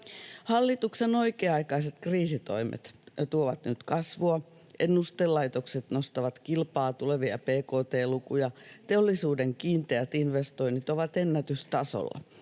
Hallituksen oikea-aikaiset kriisitoimet tuovat nyt kasvua. Ennustelaitokset nostavat kilpaa tulevia bkt-lukuja, teollisuuden kiinteät investoinnit ovat ennätystasolla.